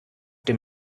dem